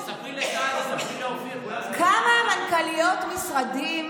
ספרי לטלי, ספרי לאופיר, כמה מנכ"ליות משרדים